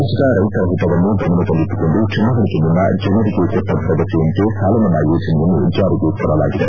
ರಾಜ್ಞದ ರೈತರ ಹಿತವನ್ನು ಗಮನದಲ್ಲಿಟ್ಟುಕೊಂಡು ಚುನಾವಣೆಗೆ ಮುನ್ನ ಜನರಿಗೆ ಕೊಟ್ಟ ಭರವಸೆಯಂತೆ ಸಾಲಮನ್ನಾ ಯೋಜನೆಯನ್ನು ಜಾರಿಗೆ ತರಲಾಗಿದೆ